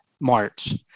March